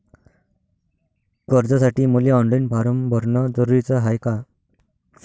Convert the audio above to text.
कर्जासाठी मले online form भरन जरुरीच हाय का?